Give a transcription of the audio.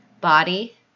body